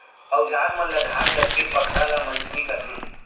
अउजार मन ल धार करेके पखरा ल मंजनी कथें